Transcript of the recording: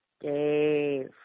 Dave